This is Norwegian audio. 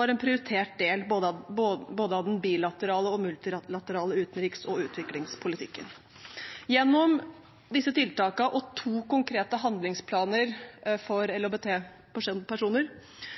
var en prioritert del av både den bilaterale og multilaterale utenriks- og utviklingspolitikken. Gjennom disse tiltakene og to konkrete handlingsplaner for